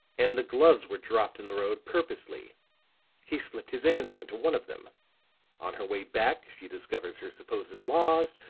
and the gloves were dropped in the road purposely he slipped his answer into one of them on her way back she discovers her supposed loss,